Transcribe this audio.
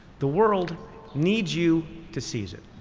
the world needs you to seize it.